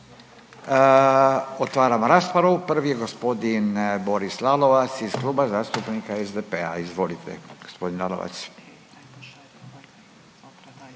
Otvaram raspravu, prvi je gospodin Boris Lalovac iz Kluba zastupnika SDP-a. Izvolite gospodin Lalovac.